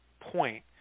point